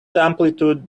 amplitude